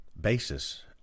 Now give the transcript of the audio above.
basis